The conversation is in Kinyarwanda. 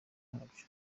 ntabyo